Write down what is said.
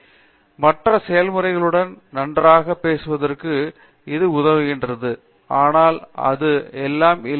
பேராசிரியர் அரிந்தமா சிங் எனவே மற்ற செயல்முறைகளுடன் நன்றாகவே பேசுவதற்கு இது உதவுகிறது ஆனால் அது எல்லாம் இல்லை